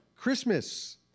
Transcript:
Christmas